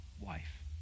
wife